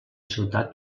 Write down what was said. ciutat